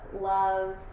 love